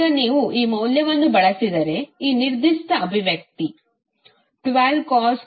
ಈಗ ನೀವು ಈ ಮೌಲ್ಯವನ್ನು ಬಳಸಿದರೆ ಈ ನಿರ್ದಿಷ್ಟ ಅಭಿವ್ಯಕ್ತಿ 12cos